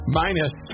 minus